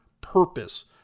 purpose